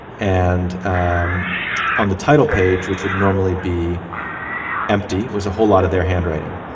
and and on the title page, which would normally be empty, was a whole lot of their handwriting.